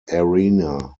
arena